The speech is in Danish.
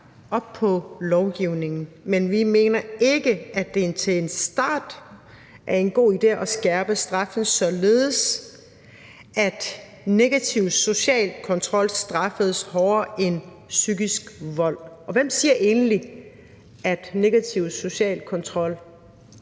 op på lovgivningen, men vi mener ikke, at det til en start er en god idé at skærpe straffen, således at negativ social kontrol straffes hårdere end psykisk vold. Og hvem siger egentlig, at negativ social kontrol